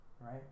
right